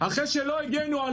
לא מגיע להם